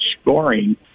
scoring